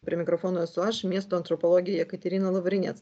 prie mikrofono esu aš miesto antropologė jekaterina lavrinec